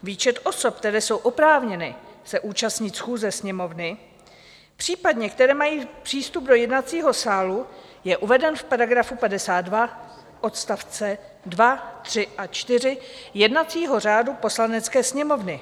Výčet osob, které jsou oprávněny se účastnit schůze Sněmovny, případně které mají přístup do jednacího sálu, je uveden v § 52 odstavce 2, 3 a 4 jednacího řádu Poslanecké sněmovny.